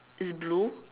is blue